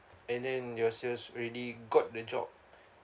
and then your sales already got the job